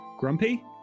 grumpy